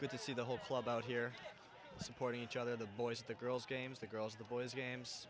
good to see the whole club out here supporting each other the boys the girls games the girls the boys games